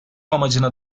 amacına